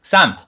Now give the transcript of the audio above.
Sam